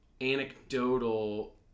anecdotal